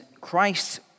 Christ